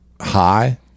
high